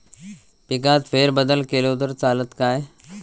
पिकात फेरबदल केलो तर चालत काय?